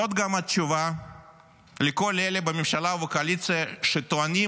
זאת גם תשובה לכל אלה בממשלה ובקואליציה שטוענים,